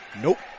Nope